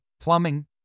plumbing